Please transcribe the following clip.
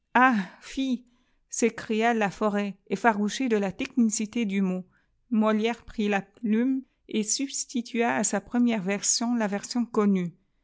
s'écria laforest efiarouchée de la technicité du mot molière prit la plume et substitua à sa première version la version connue